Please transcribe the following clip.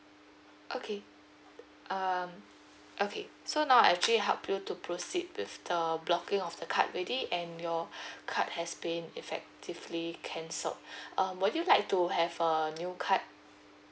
okay um okay so now I actually help you to proceed with the blocking of the card already and your card has been effectively cancelled um would you like to have a new card